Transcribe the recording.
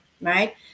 right